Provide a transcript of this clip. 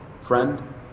Friend